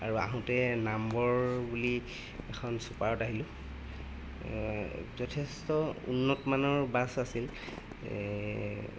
আৰু আহোঁতে নামবৰ বুলি এখন চুপাৰত আহিলোঁ যথেষ্ট উন্নতমানৰ বাছ আছিল